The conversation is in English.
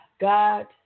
God